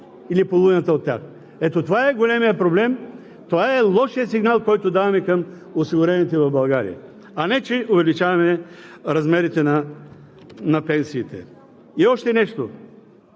или половината от тях. Ето това е големият проблем, това е лошият сигнал, който даваме към осигурените в България, а не че увеличаваме размерите на пенсиите. И още нещо,